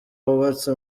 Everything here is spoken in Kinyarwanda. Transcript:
wubatse